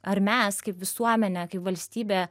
ar mes kaip visuomenė kaip valstybė